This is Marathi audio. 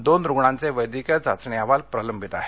दोन रुग्णांचे वैद्यकीय चाचणी अहवाल प्रलंबित आहेत